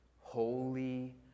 holy